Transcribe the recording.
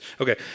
Okay